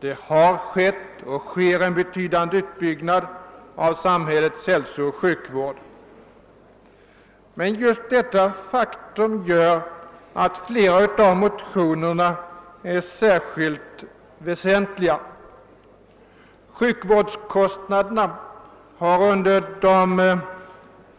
Det har skett och det sker en betydande utbyggnad av samhällets hälsooch sjukvård. Men just detta faktum gör att flera av motionerna är speciellt väsentliga. Sjukvårdskostnaderna har under den